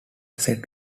set